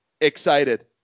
excited